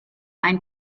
ein